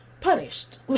punished